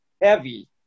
heavy